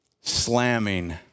slamming